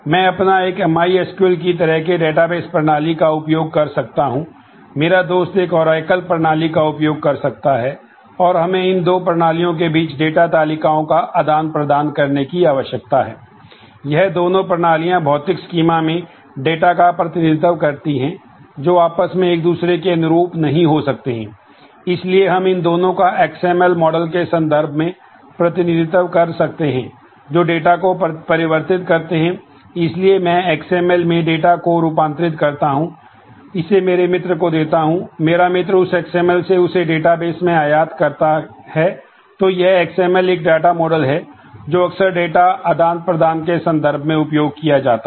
मैं अपना एक mySQL की तरह के डेटाबेस है जो अक्सर डेटा आदान प्रदान के संदर्भ में उपयोग किया जाता है